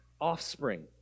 offspring